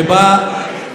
שבאה,